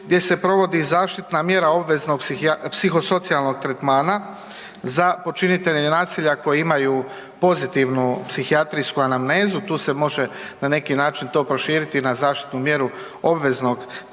gdje se provodi zaštitna mjera obveznog psihosocijalnog tretmana za počinitelje nasilja koji imaju pozitivnu psihijatrijsku anamnezu. Tu se može na neki način to proširiti na zaštitnu mjeru obveznog psihijatrijskog liječenja.